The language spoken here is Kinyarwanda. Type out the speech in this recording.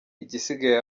igisigaye